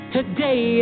Today